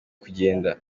kugenda